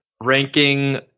ranking